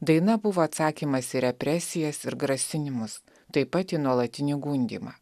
daina buvo atsakymas į represijas ir grasinimus taip pat į nuolatinį gundymą